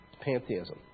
pantheism